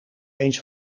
eens